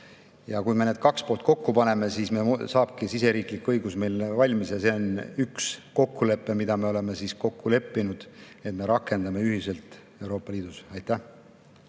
Ja kui me need kaks poolt kokku paneme, siis saabki siseriiklik õigus meil valmis. Ja see on üks asi, mille me oleme kokku leppinud, et me rakendame ühiselt Euroopa Liidus. Eduard